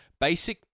Basic